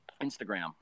Instagram